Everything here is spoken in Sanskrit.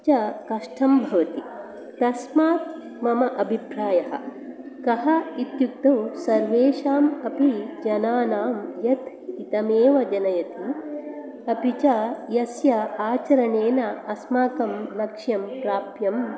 च कष्टं भवति तस्मात् मम अभिप्रायः कः इत्युक्तौ सर्वेषाम् अपि जनानां यत् हितमेव जनयति अपि च यस्य आचरणेन अस्माकं लक्ष्यं प्राप्यम्